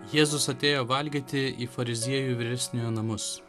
jėzus atėjo valgyti į fariziejų vyresniojo namus